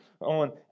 on